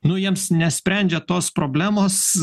nu jiems nesprendžia tos problemos